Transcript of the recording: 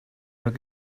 rak